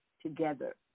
together